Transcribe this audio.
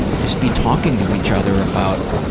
just be talking to each other about